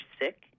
sick